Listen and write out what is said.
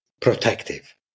protective